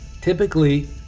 Typically